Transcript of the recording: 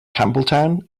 campbelltown